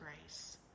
grace